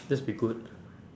that's be good